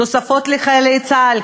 תוספות לחיילי צה"ל,